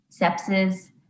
sepsis